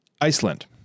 Iceland